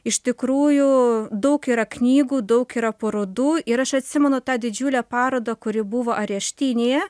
iš tikrųjų daug yra knygų daug yra parodų ir aš atsimenu tą didžiulę parodą kuri buvo areštinėje